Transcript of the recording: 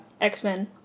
X-Men